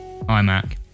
iMac